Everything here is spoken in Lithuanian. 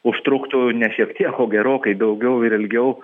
užtruktų ne šiek tiek o gerokai daugiau ir ilgiau